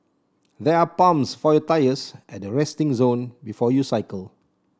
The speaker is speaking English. there are pumps for your tyres at the resting zone before you cycle